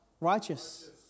righteous